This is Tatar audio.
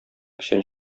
печән